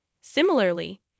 Similarly